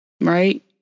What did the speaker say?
Right